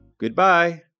Goodbye